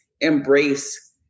embrace